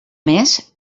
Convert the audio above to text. més